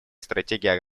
стратегии